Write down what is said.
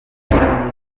yabonye